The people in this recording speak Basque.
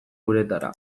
uretara